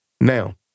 Now